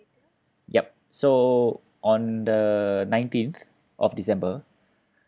yup so on the nineteenth of december